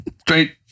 Straight